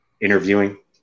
interviewing